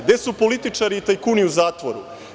Gde su političari i tajkuni u zatvoru?